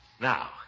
Now